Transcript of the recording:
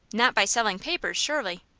not by selling papers, surely?